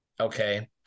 okay